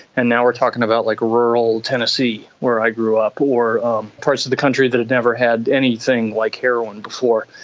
and now we are talking about like rural tennessee where i grew up, or parts of the country that had never had anything like heroin before.